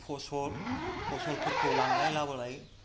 फसलफोरखौ लांलाय लाबोलाय